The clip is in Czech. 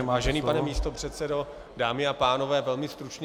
Vážený pane místopředsedo, dámy a pánové, velmi stručně.